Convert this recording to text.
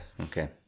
Okay